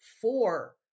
four